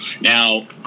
now